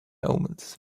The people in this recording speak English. omens